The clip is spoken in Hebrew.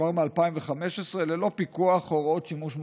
כבר מ-2015, ללא פיקוח או הוראות שימוש מחמירות.